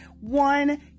one